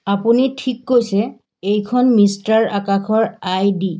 আপুনি ঠিক কৈছে এইখন মিষ্টাৰ আকাশৰ আই ডি